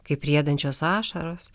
kaip riedančios ašaros